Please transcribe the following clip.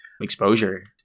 exposure